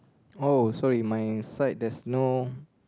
oh sorry my side there's no